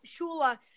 Shula